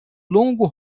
longo